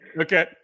Okay